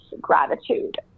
gratitude